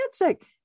magic